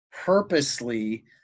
purposely